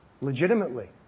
Legitimately